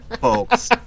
folks